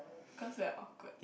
cause we are awkward